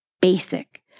basic